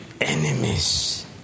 Enemies